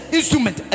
Instrument